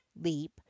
leap